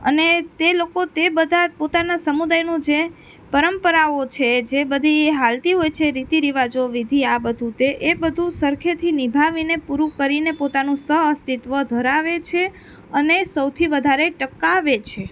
અને તે લોકો તે બધાં પોતાના સમુદાયનું જે પરંપરાઓ છે જે બધી ચાલતી હોય છે રીતિ રિવાજો વિધિ આ બધું તે એ બધું સરખેથી નિભાવીને પૂરું કરીને પોતાનું સહઅસ્તિત્વ ધરાવે છે અને સૌથી વધારે ટકાવે છે